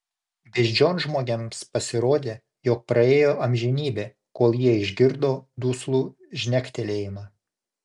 beždžionžmogiams pasirodė jog praėjo amžinybė kol jie išgirdo duslų žnektelėjimą